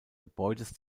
gebäudes